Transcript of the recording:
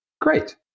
great